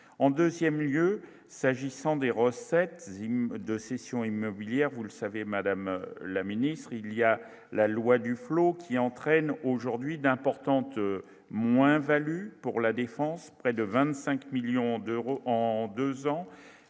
en 2ème lieu s'agissant des recettes de cessions immobilières, vous le savez, madame la ministre, il y a la loi Duflot qui entraîne aujourd'hui d'importantes moins-values pour la défense, près de 25 millions d'euros en 2 ans